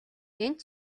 энэ